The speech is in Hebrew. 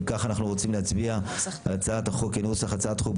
אם כך אנחנו רוצים להצביע על הצעת החוק כנוסח הצעת חוק,